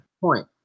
Point